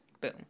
boom